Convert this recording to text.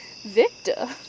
Victor